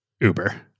Uber